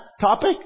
topic